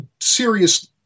serious